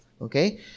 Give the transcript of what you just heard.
okay